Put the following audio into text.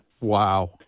Wow